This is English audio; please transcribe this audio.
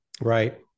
Right